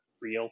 real